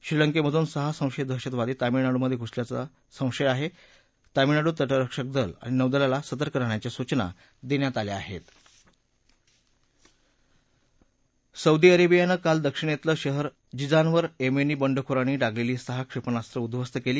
श्रीलंक्सध्रून सहा संशयित दहशतवादी तामिळनाडू घुसल्याचं संशय आहा जामिळनाडूत तटरक्षक दल आणि नौदलाला सतर्क राहण्यांच्या सूचना दण्यात आल्या आहृत्ति सौदी अरबियानं काल दक्षिणस्तिं शहर जिजानवर यस्त्रीं बंडखोरांनी डागलस्ती सहा क्षप्पिास्त्रं उद्दवस्त कली